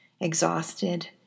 exhausted